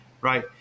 Right